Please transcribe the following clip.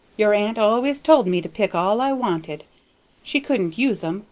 your aunt always told me to pick all i wanted she couldn't use em,